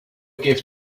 gift